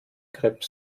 grips